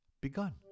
begun